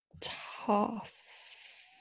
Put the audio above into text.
tough